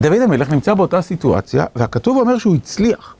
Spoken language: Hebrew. דוד המלך נמצא באותה סיטואציה, והכתוב אומר שהוא הצליח.